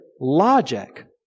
logic